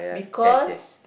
because